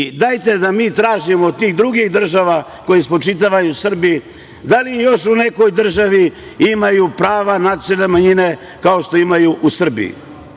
Dajte da mi tražimo od tih drugih država, koje spočitavaju Srbiji, da li još u nekoj državi imaju prava nacionalne manjine kao što imaju u Srbiji?